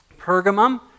Pergamum